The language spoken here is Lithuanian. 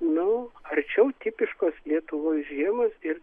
nu arčiau tipiškos lietuvos žiemos ir